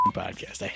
podcast